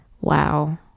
wow